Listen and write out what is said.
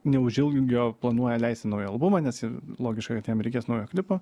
neužilgio planuoja leisti naują albumą nes ir logiška kad jam reikės naujo klipo